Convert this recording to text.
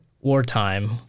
wartime